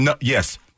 yes